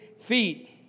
feet